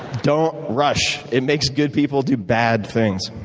don't rush. it makes good people do bad things.